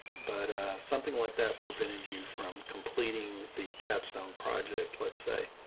but something like that prevented you from completing the capstone project. let's say,